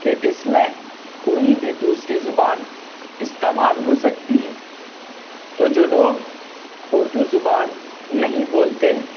کہ اس میں کوئی بھی دوسری زبان استعمال ہو سکتی ہے تو جو لوگ اردو زبان نہیں بولتے ہیں